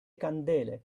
candele